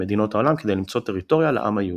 מדינות העולם כדי למצוא טריטוריה לעם היהודי.